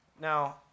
Now